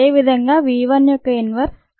అదేవిధంగా v 1 యొక్క inverse 0